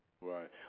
Right